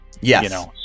Yes